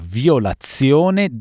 violazione